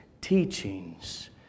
teachings